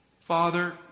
Father